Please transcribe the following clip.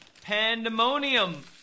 pandemonium